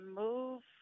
move